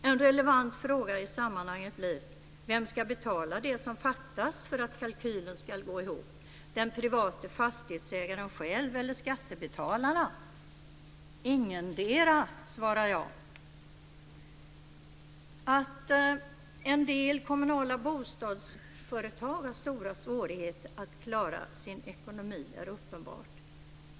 En relevant fråga i sammanhanget blir: Vem ska betala det som fattas för att kalkylen ska gå ihop? Är det den private fastighetsägaren själv eller skattebetalarna? Ingendera svarar jag. Att en del kommunala bostadsföretag har stora svårigheter att klara sin ekonomi är uppenbart.